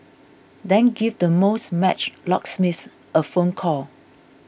then give the most matched locksmiths a phone call